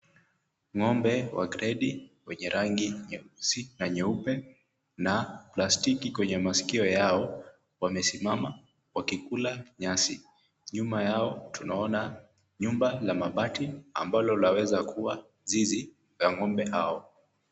Ng'ombe wa gredi wenye rangi nyeusi na nyeupe, na plastiki kwenye masikio yao, wamesimama wakikula nyasi, nyuma yao tunaona nyumba la mabati ambalo linaweza kuwa zizi ya ng'ombe hao.